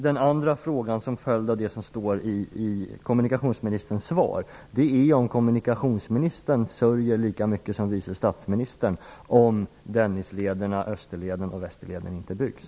Den andra frågan är en följd av det som står i svaret: Kommer kommunikationsministern att sörja lika mycket som vice statsministern om Dennislederna, Österleden och Västerleden, inte byggs?